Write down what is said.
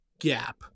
gap